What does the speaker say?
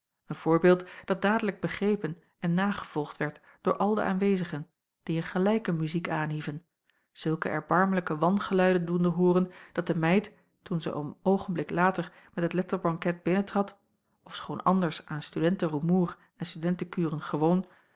een voorbeeld dat dadelijk begrepen en nagevolgd werd door al de aanwezigen die een gelijke muziek aanhieven zulke erbarmelijke wangeluiden doende hooren dat de meid toen zij een oogenblik later met het letterbanket binnentrad ofschoon anders aan studenterumoer en studentekuren gewoon